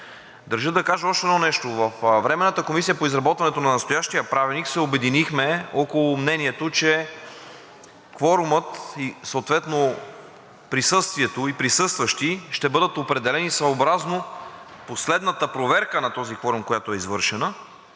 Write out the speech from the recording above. Държа да кажа още едно нещо. Във Временната комисия по изработването на настоящия правилник се обединихме около мнението, че кворумът и съответно присъствието и присъстващи ще бъдат определени съобразно последната проверка на този кворум, която е извършена,